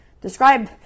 describe